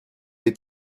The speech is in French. est